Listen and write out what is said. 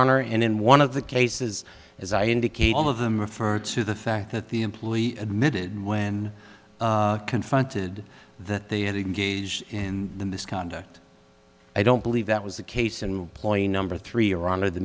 honor and in one of the cases as i indicate all of them refer to the fact that the employee admitted when confronted that they had engaged in the misconduct i don't believe that was the case in point number three iran or the